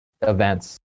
events